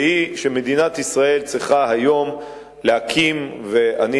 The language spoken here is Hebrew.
והיא שמדינת ישראל צריכה היום להקים, ואני,